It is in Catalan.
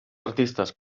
artistes